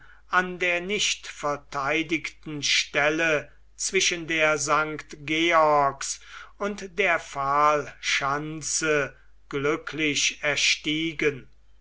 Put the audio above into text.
an der nicht verteidigten stelle zwischen der st georgs und der pfahl schanze glücklich erstiegen